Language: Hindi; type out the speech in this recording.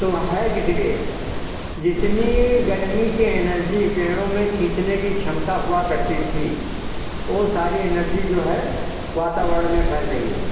तो है किसलिए जितनी गर्मी की एनर्जी पेड़ों में खींचने की क्षमता हुआ करती थी वह सारी एनर्जी जो है वातावरण में फैल रही है